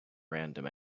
random